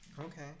Okay